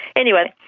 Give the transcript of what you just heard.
anyway,